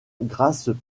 grasses